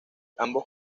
ambos